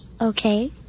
Okay